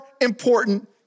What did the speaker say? important